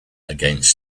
against